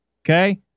Okay